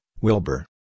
Wilbur